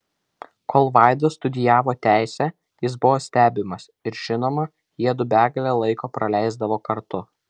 kol vaida studijavo teisę jis buvo stebimas ir žinoma jiedu begalę laiko praleisdavo kartu